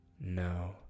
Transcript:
no